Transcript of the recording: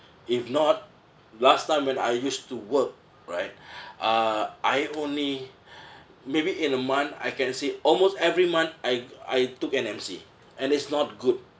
if not last time when I used to work right uh I only maybe in a month I can say almost every month I I took an M_C and it's not good